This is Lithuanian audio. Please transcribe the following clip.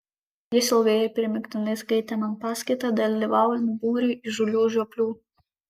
jis ilgai ir primygtinai skaitė man paskaitą dalyvaujant būriui įžūlių žioplių